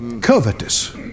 Covetous